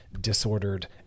disordered